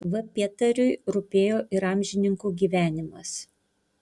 v pietariui rūpėjo ir amžininkų gyvenimas